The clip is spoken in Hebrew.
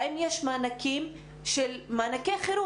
האם יש מענקי חירום.